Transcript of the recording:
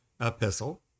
epistle